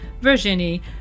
Virginie